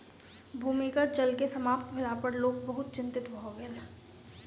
भूमिगत जल के समाप्त भेला पर लोक बहुत चिंतित भ गेल